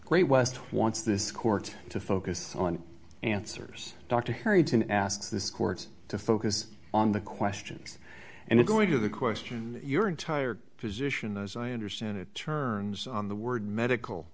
great west wants this court to focus on answers dr harrington asks this court to focus on the questions and i'm going to the question your entire position as i understand it turns on the word medical